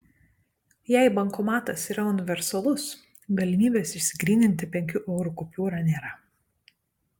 jei bankomatas yra universalus galimybės išsigryninti penkių eurų kupiūrą nėra